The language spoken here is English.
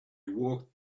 walked